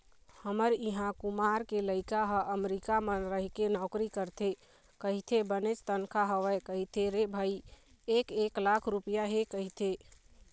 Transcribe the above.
हमर इहाँ कुमार के लइका ह अमरीका म रहिके नौकरी करथे कहिथे बनेच तनखा हवय कहिथे रे भई एक एक लाख रुपइया हे कहिथे